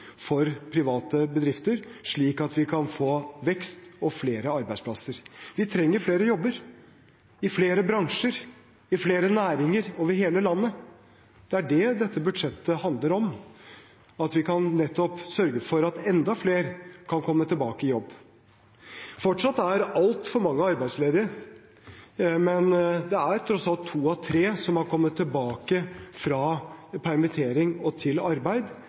for private bedrifter, slik at vi kan få vekst og flere arbeidsplasser. Vi trenger flere jobber i flere bransjer, i flere næringer over hele landet. Det er dét dette budsjettet handler om, at vi nettopp kan sørge for at enda flere kan komme tilbake i jobb. Fortsatt er altfor mange arbeidsledige, men det er tross alt to av tre som har kommet tilbake fra permittering og til arbeid